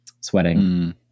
sweating